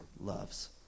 loves